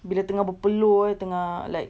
bila tengah berpeluh eh tengah like